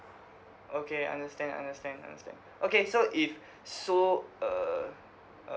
okay understand understand understand okay so if so err uh